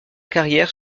carrière